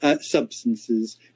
substances